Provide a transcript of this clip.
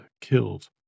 killed